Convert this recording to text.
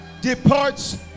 Departs